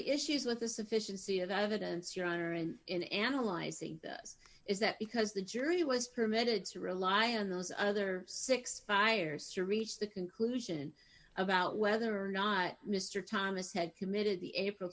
the issues with the sufficiency of evidence your honor and in analyzing this is that because the jury was permitted to rely on those other six fires to reach the conclusion about whether or not mr thomas had committed the april